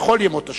בכל ימות השנה,